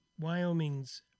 Wyoming's